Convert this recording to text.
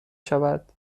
شود